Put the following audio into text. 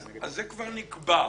אז זה כבר נקבע.